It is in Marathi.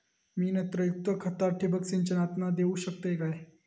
मी नत्रयुक्त खता ठिबक सिंचनातना देऊ शकतय काय?